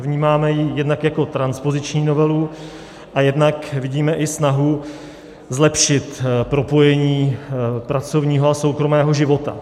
Vnímáme ji jednak jako transpoziční novelu a jednak vidíme i snahu zlepšit propojení pracovního a soukromého života.